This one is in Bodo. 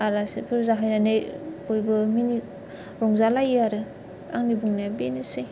आलासिफोर जाहैनानै बयबो मिनि रंजालायो आरो आंनि बुंनाया बेनोसै